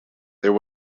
there